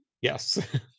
yes